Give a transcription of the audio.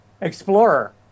explorer